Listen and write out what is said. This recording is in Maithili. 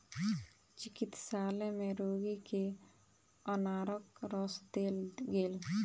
चिकित्सालय में रोगी के अनारक रस देल गेल